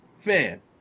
Fan